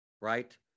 Right